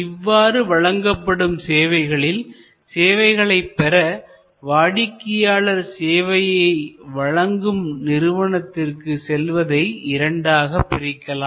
இவ்வாறு வழங்கப்படும் சேவைகளில் சேவைகளை பெற வாடிக்கையாளர் சேவையை வழங்கும் நிறுவனத்திற்கு செல்வதை இரண்டாகப் பிரிக்கலாம்